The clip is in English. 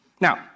Now